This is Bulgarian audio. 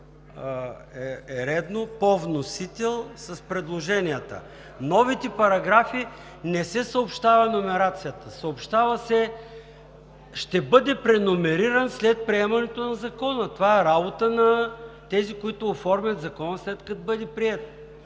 както е редно – по вносител, с предложенията. На новите параграфи не се съобщава номерацията. Съобщава се: „Ще бъде преномериран след приемането на Закона.“ Това е работа на тези, които оформят закона, след като бъде приет.